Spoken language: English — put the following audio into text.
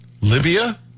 Libya